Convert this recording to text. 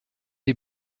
die